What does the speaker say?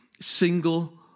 single